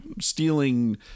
stealing